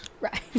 right